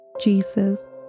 Jesus